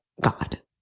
God